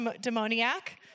demoniac